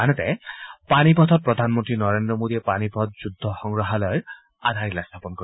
আনহাতে পানীপথত প্ৰধানমন্ত্ৰী নৰেন্দ্ৰ মোদীয়ে পানীপথ যুদ্ধ সংগ্ৰহালয়ৰ আধাৰশিলা স্থাপন কৰিব